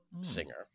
Singer